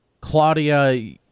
Claudia